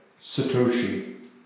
Satoshi